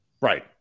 Right